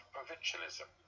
Provincialism